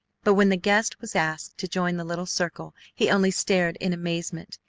but when the guest was asked to join the little circle he only stared in amazement.